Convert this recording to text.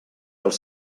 als